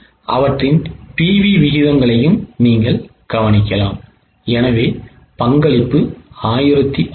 அவற்றின் PV விகிதங்களையும் நீங்கள் கவனிக்கலாம் எனவே பங்களிப்பு 1522